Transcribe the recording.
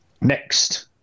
Next